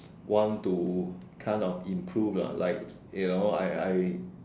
want to kind of improve lah like you know I I I